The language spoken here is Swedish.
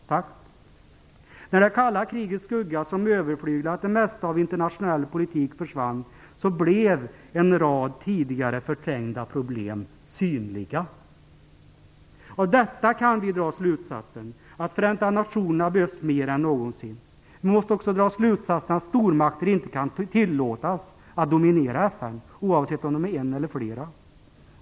När det kalla krigets skugga, som överflyglat det mesta av internationell politik försvann, blev en rad tidigare förträngda problem synliga. Av detta kan vi dra slutsatsen att Förenta nationerna behövs mer än någonsin. Vi måste också dra slutsatsen att stormakter inte kan tillåtas att dominera FN, oavsett om de är en eller flera.